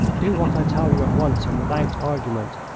do what i tell you at once and without argument.